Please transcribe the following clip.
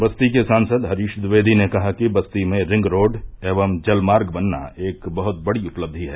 बस्ती के सांसद हरीश ट्विवेदी ने कहा कि बस्ती में रिंगरोड एवं जलमार्ग बनना एक बहुत बड़ी उपलब्धि है